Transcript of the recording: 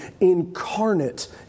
incarnate